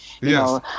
Yes